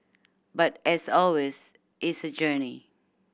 but as always it's a journey